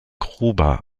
gruber